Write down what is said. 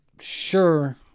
sure